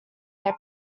their